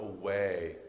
away